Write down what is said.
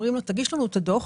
אומרים לו שיגיש לנו את הדוח,